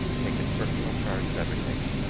taken personal charge of everything,